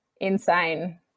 insane